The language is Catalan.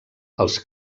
els